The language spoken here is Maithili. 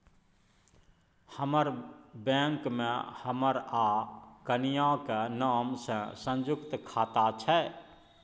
हमर बैंक मे हमर आ कनियाक नाम सँ संयुक्त खाता छै